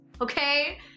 okay